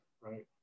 right